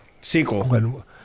sequel